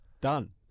Done